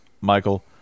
michael